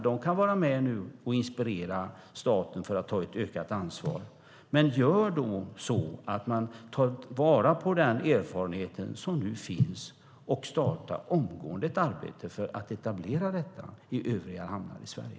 De kan vara med nu och inspirera staten till att ta ett ökat ansvar. Ta vara på den erfarenhet som nu finns och starta omgående ett arbete för att etablera detta i övriga hamnar i Sverige!